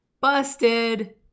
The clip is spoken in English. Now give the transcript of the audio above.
busted